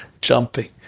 jumping